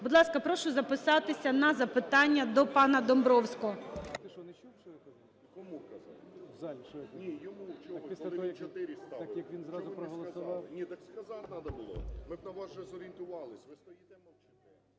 Будь ласка, прошу записатися на запитання до пана Домбровського.